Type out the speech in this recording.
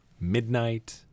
Midnight